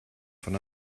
von